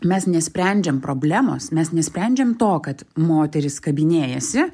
mes nesprendžiam problemos mes nesprendžiam to kad moteris kabinėjasi